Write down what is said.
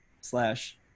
slash